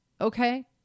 okay